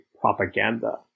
propaganda